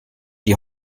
die